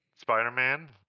Spider-Man